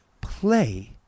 play